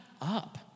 up